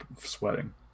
sweating